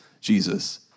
Jesus